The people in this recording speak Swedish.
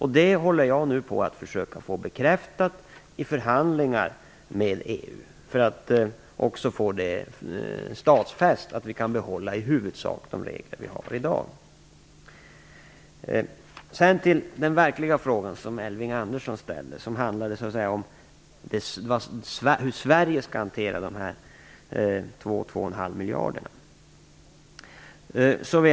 Det håller jag nu på att försöka få bekräftat i förhandlingar med EU för att få det stadfäst att vi i huvudsak kan behålla de regler vi har i dag. Sedan till den verkliga frågan, som Elving Andersson ställde, som handlade om hur Sverige skall hantera dessa 2,5 miljarder.